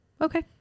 Okay